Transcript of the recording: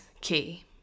key